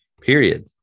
period